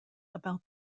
about